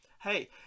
Hey